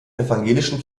evangelischen